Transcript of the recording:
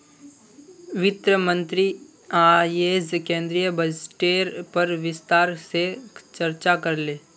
वित्त मंत्री अयेज केंद्रीय बजटेर पर विस्तार से चर्चा करले